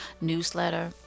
newsletter